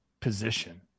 position